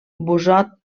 busot